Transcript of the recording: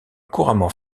couramment